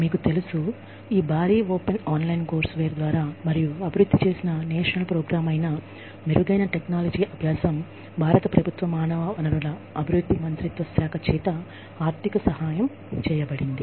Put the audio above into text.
మీకు తెలుసు ఈ భారీ ఓపెన్ ఆన్లైన్ కోర్సువేర్ ద్వారా మరియు అభివృద్ధి చేసిన నేషనల్ ప్రోగ్రాం అయిన మెరుగైన సాంకేతికత శిక్షణ భారత ప్రభుత్వ మానవ వనరుల అభివృద్ధి మంత్రిత్వ శాఖ చేత ఆర్ధిక సహాయం చేయబడింది